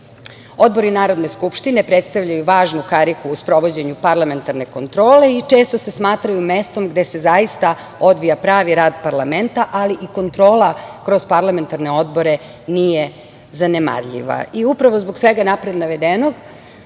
Narodne skupštine predstavljaju važnu kariku u sprovođenju parlamentarne kontrole i često se smatraju mestom gde se zaista odvija pravi rad parlamenta, ali i kontrola kroz parlamentarne odbore nije zanemarljiva. Upravo zbog svega napred navedenog,